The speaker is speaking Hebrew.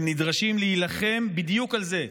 הם נדרשים להילחם בדיוק על זה,